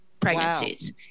pregnancies